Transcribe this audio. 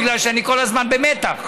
כי אני כל הזמן במתח.